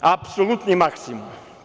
apsolutni maksimum.